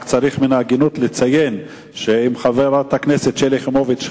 צריך למען ההגינות לציין שחברת הכנסת שלי יחימוביץ,